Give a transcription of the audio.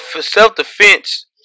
self-defense